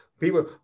people